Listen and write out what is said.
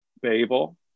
Babel